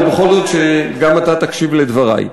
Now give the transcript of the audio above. אבל בכל זאת שגם אתה תקשיב לדברי.